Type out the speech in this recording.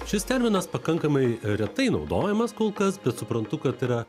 šis terminas pakankamai retai naudojamas kol kas bet suprantu kad tai yra